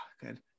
good